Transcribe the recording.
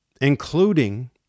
including